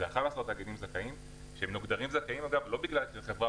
מדובר ב-11 תאגידים שהם מוגדרים זכאים לא בגלל שהם מהחברה